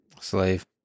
Slave